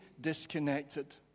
disconnected